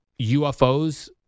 UFOs